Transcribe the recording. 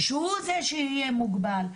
שהוא זה שיהיה מוגבל,